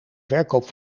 verkoop